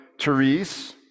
Therese